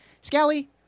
scally